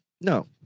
No